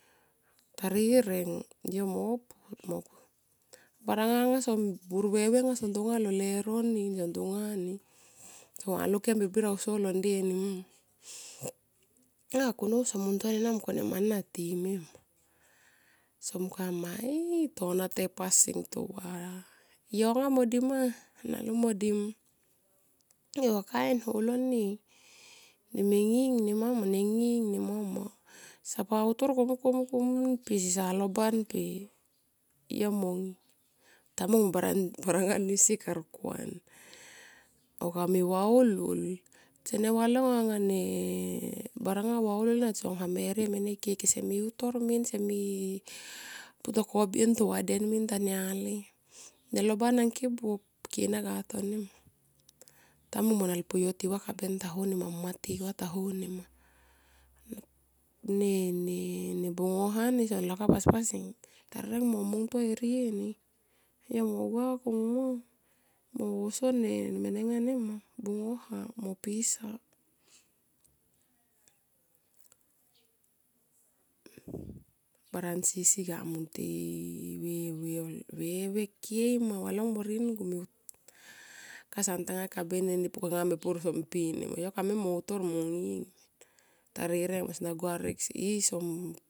Tarireng yo mo pu baranga bur veve nga son tonga lo lero tonga ni so valon kem birbir auso lo nde nima. Siam a kunou so mungtuan enama mungkone mana time ma, pe so mungkone ai to na te pasing tova yonga mo dima nalu modim. Iva kain holo ni ne nging ne mama ne nging ne mama. Sapa utor komun, komun per sesa loban per yo mo, tamung barasi ne si kar kuan ma. Dame kame vaholhol, sene valong anga ne baranga vaholhol ena song hamerie mene kese mi utor min se mi putor kobien tovaden taniali, ne loban angke buop kena ga tonima. Ta mung mo nelpuyo tiva kaben ta ho nima mo amma tinga ta ho nima. Ne ne ne bungoha ni son lakap paspasing tarireng mo mungto erie ni. Yo mo gua komun ma mo so ne menenga nema bungoha mo pisa. Baransi ga mungtoi e veve kei ma valong morien mo, kasa ntanga kaben pukanga me pur som pi. Mo yo kamui mo utor mo nging min tarireng sona gua rarek, i song.